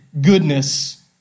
goodness